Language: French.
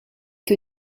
que